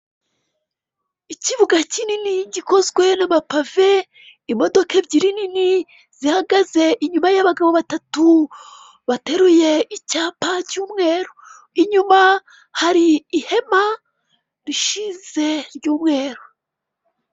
Ikibuga kinini gikozwe n'abapave, imodoka ebyiri nini zihagaze inyuma y'abagabo batatu bateruye icyapa cy'umweru. Inyuma hari ihema rishize ry'umweru.